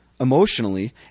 emotionally